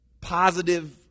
positive